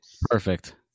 Perfect